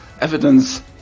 Evidence